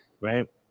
Right